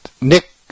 Nick